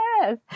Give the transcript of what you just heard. yes